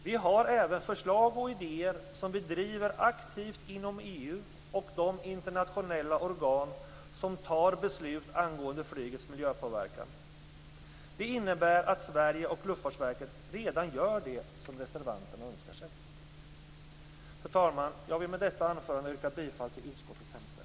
Vi har även förslag och idéer som vi driver aktivt inom EU och de internationella organ som tar beslut angående flygets miljöpåverkan. Det innebär att Sverige och Luftfartsverket redan gör det som reservanterna önskar. Fru talman! Jag vill med detta anförande yrka bifall till utskottets hemställan.